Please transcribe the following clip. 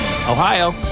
Ohio